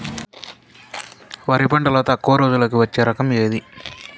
వరి పంటలో తక్కువ రోజులకి వచ్చే రకం ఏది?